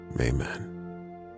Amen